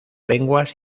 lenguas